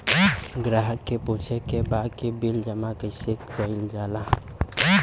ग्राहक के पूछे के बा की बिल जमा कैसे कईल जाला?